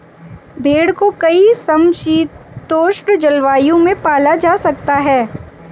भेड़ को कई समशीतोष्ण जलवायु में पाला जा सकता है